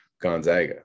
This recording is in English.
Gonzaga